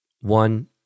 One